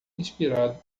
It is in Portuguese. inspirados